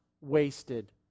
wasted